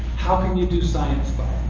how can you do science by